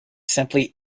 simply